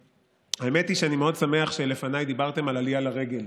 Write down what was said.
האמת היא שאני מאוד שמח שלפניי דיברתם על עלייה לרגל,